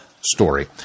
story